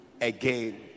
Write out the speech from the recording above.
again